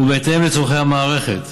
ובהתאם לצורכי המערכת,